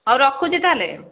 ହେଉ ରଖୁଛି ତା'ହେଲେ